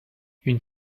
une